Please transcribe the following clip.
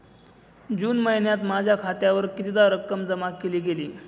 जून महिन्यात माझ्या खात्यावर कितीदा रक्कम जमा केली गेली?